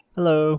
Hello